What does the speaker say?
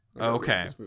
Okay